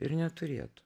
ir neturėtų